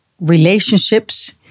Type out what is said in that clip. relationships